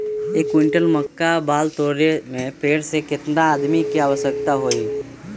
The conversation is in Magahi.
एक क्विंटल मक्का बाल तोरे में पेड़ से केतना आदमी के आवश्कता होई?